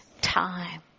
time